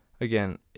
Again